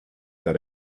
that